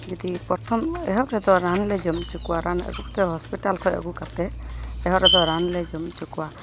ᱡᱩᱫᱤ ᱯᱨᱚᱛᱷᱚᱢ ᱮᱦᱚᱵ ᱨᱮᱫᱚ ᱨᱟᱱ ᱞᱮ ᱡᱚᱢ ᱦᱚᱪᱚ ᱠᱚᱣᱟ ᱨᱟᱱ ᱟᱜᱩ ᱠᱟᱛᱮᱫ ᱦᱚᱸᱥᱯᱤᱴᱟᱞ ᱠᱷᱚᱡ ᱟᱹᱜᱩ ᱠᱟᱛᱮᱫ ᱮᱦᱚᱵ ᱨᱮᱫᱚ ᱨᱟᱱ ᱞᱮ ᱡᱚᱢ ᱦᱚᱪᱚ ᱠᱚᱣᱟ